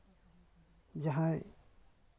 ᱡᱟᱦᱟᱸᱭ